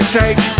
take